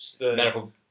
medical